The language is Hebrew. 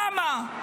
למה?